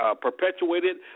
perpetuated